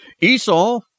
Esau